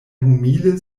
humile